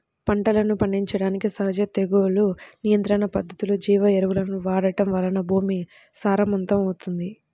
పంటలను పండించడానికి సహజ తెగులు నియంత్రణ పద్ధతులు, జీవ ఎరువులను వాడటం వలన భూమి సారవంతమవుతుంది